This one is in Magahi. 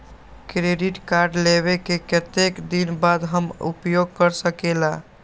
क्रेडिट कार्ड लेबे के कतेक दिन बाद हम उपयोग कर सकेला?